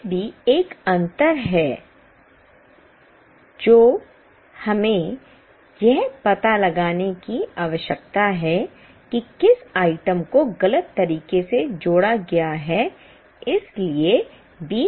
फिर भी एक अंतर है जो हमें यह पता लगाने की आवश्यकता है कि किस आइटम को गलत तरीके से जोड़ा गया है इसलिए 20000 का अंतर है